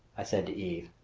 i said to eve.